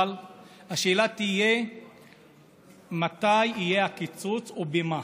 אבל השאלה היא מתי יהיה הקיצוץ, או במה.